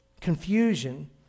Confusion